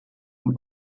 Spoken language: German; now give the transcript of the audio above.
und